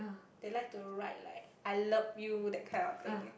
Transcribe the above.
they like to write like I love you that kind of thing